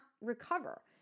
recover